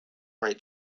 right